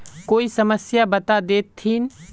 कोई समस्या बता देतहिन?